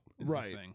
right